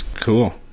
Cool